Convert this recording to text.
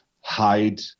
Hide